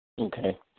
Okay